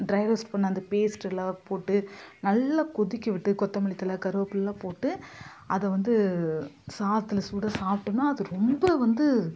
try roast பண்ண அந்த பேஸ்ட்டெலாம் போட்டு நல்ல கொதிக்க விட்டு கொத்தமல்லி தழை கருவேப்பில்லைலாம் போட்டு அதை வந்து சாதத்தில் சூடாக சாப்பிடோம்னா அது ரொம்ப வந்து